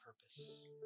purpose